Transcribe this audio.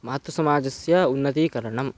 मातृसमाजस्य उन्नतीकरणम्